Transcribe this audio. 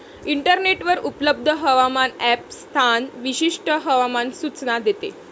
इंटरनेटवर उपलब्ध हवामान ॲप स्थान विशिष्ट हवामान सूचना देते